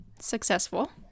successful